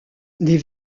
des